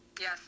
Yes